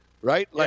right